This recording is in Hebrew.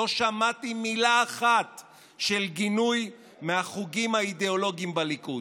לא שמעתי מילה אחת של גינוי מהחוגים האידיאולוגיים בליכוד.